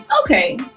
okay